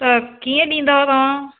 त कीअं ॾींदो तव्हां